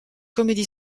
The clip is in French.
comedy